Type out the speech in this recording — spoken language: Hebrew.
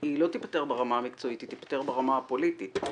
היא לא תיפתר ברמה המקצועית אלא היא תיפתר ברמה הפוליטית.